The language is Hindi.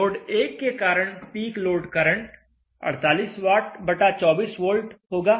लोड 1 के कारण पीक लोड करंट 48 वाट बटा 24 वोल्ट होगा